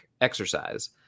exercise –